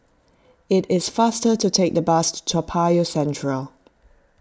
it is faster to take the bus to Toa Payoh Central